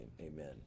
amen